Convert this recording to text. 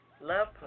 love